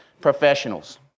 professionals